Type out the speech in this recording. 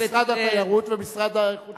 בין משרד התיירות למשרד לאיכות הסביבה.